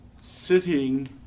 sitting